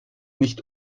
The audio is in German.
nicht